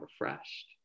refreshed